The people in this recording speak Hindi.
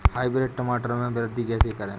हाइब्रिड टमाटर में वृद्धि कैसे करें?